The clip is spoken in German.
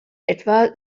etwa